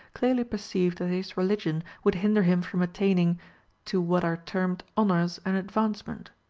clearly perceived that his religion would hinder him from attaining to what are termed honours and advancement.